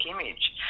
image